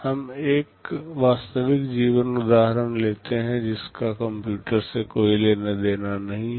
हम एक वास्तविक जीवन उदाहरण लेते हैं जिसका कंप्यूटर से कोई लेना देना नहीं है